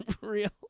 real